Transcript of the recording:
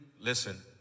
listen